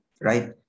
right